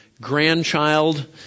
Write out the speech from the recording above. grandchild